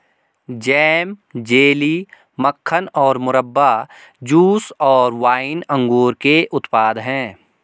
jam, jelly, मक्खन और मुरब्बा, जूस और वाइन अंगूर के उत्पाद हैं